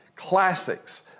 classics